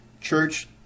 church